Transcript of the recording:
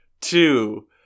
two